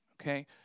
okay